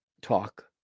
Talk